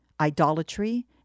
idolatry